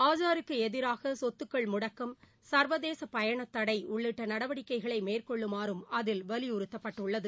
ஆசாருக்குஎதிராகசொத்துகள் முடக்கம் ச்வதேசபயணத்தடைஉள்ளிட்டநடவடிக்கைகளைமேற்கொள்ளுமாறும் அதில் வலியுறுத்தப்பட்டுஉள்ளது